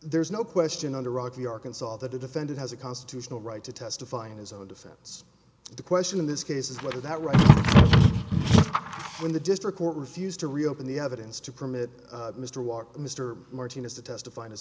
there's no question under rocky arkansas all that the defendant has a constitutional right to testify in his own defense the question in this case is whether that right when the district court refused to reopen the evidence to permit mr walker mr martinez to testify in